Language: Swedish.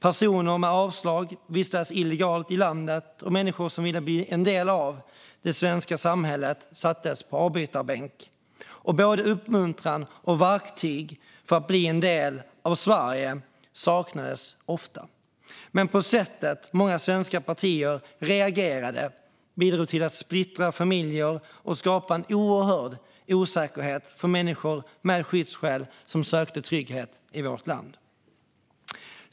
Personer som fått avslag vistades illegalt i landet, och människor som ville bli en del av det svenska samhället sattes på avbytarbänk. Både uppmuntran och verktyg för att människor skulle bli en del av Sverige saknades ofta. Men det sätt som många svenska partier reagerade på bidrog till att splittra familjer och skapa en oerhörd osäkerhet för människor med skyddsskäl som sökte trygghet i vårt land.